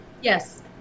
Yes